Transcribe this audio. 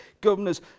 governors